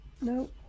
No